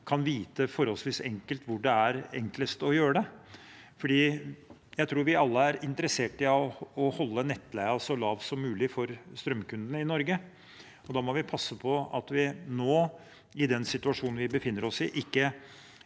kan vite forholdsvis enkelt hvor det er enklest å gjøre det. Jeg tror vi alle er interessert i å holde nettleien så lav som mulig for strømkundene i Norge, og da må vi passe på at vi nå, i den situasjonen vi befinner oss i, ikke